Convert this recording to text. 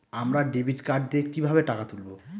আমরা debit card দিয়ে কিভাবে টাকা তুলবো?